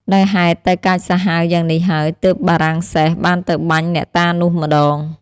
ដោយហេតុតែកាចសាហាវយ៉ាងនេះហើយ ទើបបារាំងសែស បានទៅបាញ់អ្នកតានោះម្ដង ។